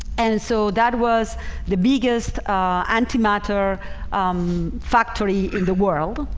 and so that was the biggest antimatter um factory in the world.